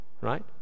right